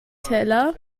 teller